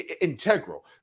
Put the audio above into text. integral